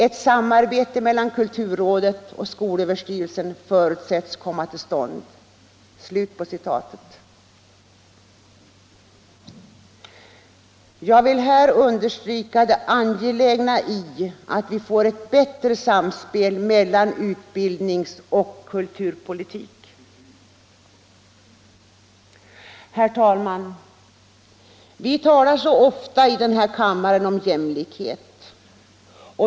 Ett samarbete mellan kulturrådet och skolöverstyrelsen förutsätts komma till stånd.” Jag vill understryka det angelägna i att vi får ett bättre samspel mellan utbildningsoch kulturpolitik. Herr talman! Vi talar så ofta i den här kammaren om jämlikhet.